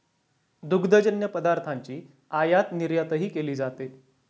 दुग्धजन्य पदार्थांची आयातनिर्यातही केली जाते